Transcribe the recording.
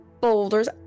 boulders